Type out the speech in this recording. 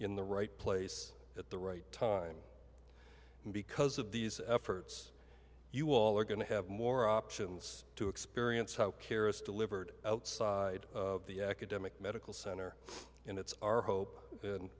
in the right place at the right time and because of these efforts you all are going to have more options to experience how care is delivered outside of the academic medical center and it's our hope and